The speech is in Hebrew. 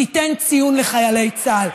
תיתן ציון לחיילי צה"ל.